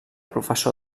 professor